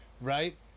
right